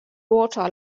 water